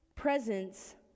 Presence